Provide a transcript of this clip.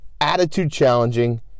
attitude-challenging